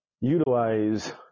utilize